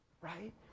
right